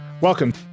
Welcome